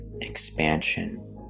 expansion